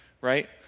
Right